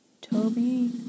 Toby